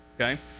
okay